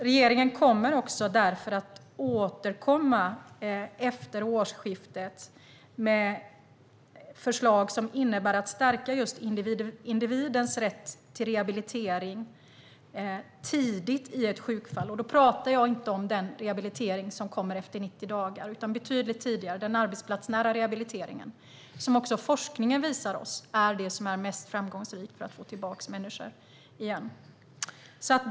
Regeringen kommer därför att återkomma efter årsskiftet med förslag om att stärka individens rätt till rehabilitering tidigt i ett sjukfall. Då pratar jag inte om den rehabilitering som kommer efter 90 dagar utan om den arbetsplatsnära rehabiliteringen, som ska ske betydligt tidigare och som forskningen visar oss är det som är mest framgångsrikt för att få tillbaka människor i arbete.